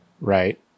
Right